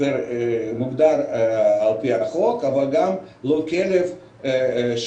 שמוגדר על פי החוק ולא מוחזק